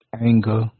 anger